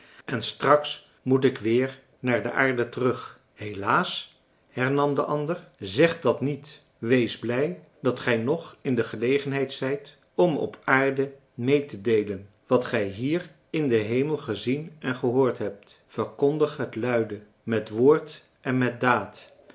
en straks moet ik weer naar de aarde terug helaas hernam de ander zeg dat niet wees blij dat gij nog in de gelegenheid zijt om op aarde mee te deelen wat gij hier in den hemel gezien en gehoord hebt verkondig het luide met woord en met daad